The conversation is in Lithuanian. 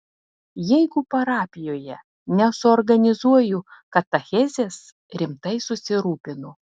jeigu parapijoje nesuorganizuoju katechezės rimtai susirūpinu